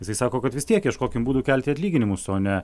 jisai sako kad vis tiek ieškokim būdų kelti atlyginimus o ne